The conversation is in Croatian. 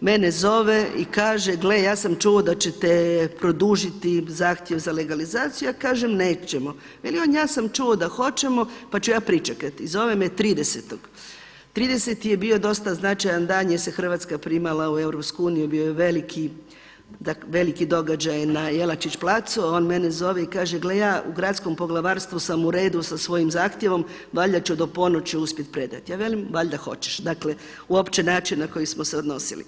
mene zove i kaže: „Gle ja sam čuo da ćete produžiti zahtjev za legalizaciju.“ Ja kažem: „Nećemo.“ Veli on: „Ja sam čuo da hoćemo, pa ću ja pričekati.“ I zove me 30. 30. je bio dosta značajan dan jer se Hrvatska primala u Europsku uniju, bio je veliki događaj na Jelačić placu, a on mene zove i kaže: „Gle ja u Gradskom poglavarstvu sam u redu sa svojim zahtjevom, valjda ću do ponoći uspjeti predati.“ Ja velim: „Valjda hoćeš.“ Dakle uopće način na koji smo se odnosili.